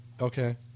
Okay